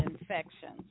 infections